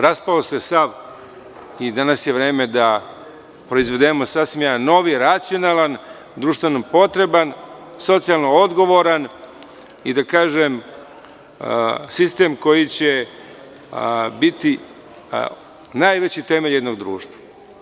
Raspao se sav i danas je vreme da proizvedemo sasvim jedan novi, racionalan, društveno potreban, socijalno odgovoran i sistem koji će biti najveći temelj jednog društva.